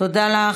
תודה לך.